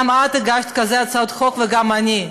גם את הגשת על זה הצעת חוק וגם אני.